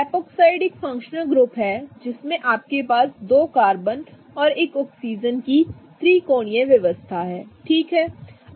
epoxide एक functional group है जिसमें आपके पास दो कार्बन और एक ऑक्सीजन की त्रिकोणीय व्यवस्था है ठीक है